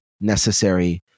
necessary